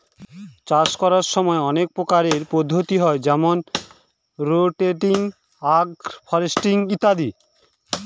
চাষ করার সময় অনেক প্রকারের পদ্ধতি হয় যেমন রোটেটিং, আগ্র ফরেস্ট্রি ইত্যাদি